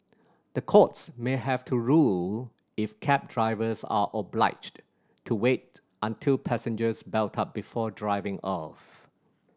the courts may have to rule if cab drivers are obliged to wait until passengers belt up before driving off